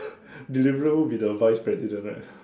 Deliveroo will be the vice president right